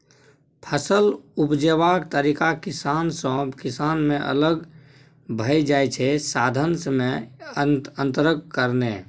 फसल उपजेबाक तरीका किसान सँ किसान मे अलग भए जाइ छै साधंश मे अंतरक कारणेँ